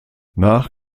nach